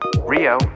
Rio